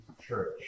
church